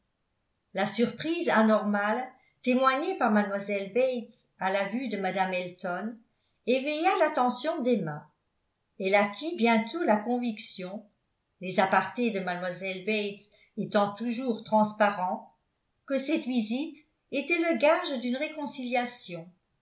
la surprise anormale témoignée par mlle bates à la vue de mme elton éveilla l'attention d'emma elle acquit bientôt la conviction les apartés de mlle bates étant toujours transparents que cette visite était le gage d'une réconciliation